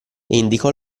indicò